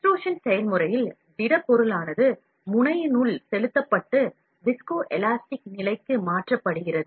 பிதிர்வு செயல்முறை என்பது உயர் அழுத்தங்களைப் பயன்படுத்துவதன் மூலம் ஒரு டை வடிவிலான துளை வழியாக திடபொருளைக் செலுத்தி உலோகங்களில் ஏற்படும் பிளாஸ்டிக் மாற்றத்தைக் குறிக்கிறது